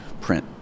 print